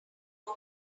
doe